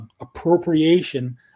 appropriation